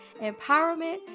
empowerment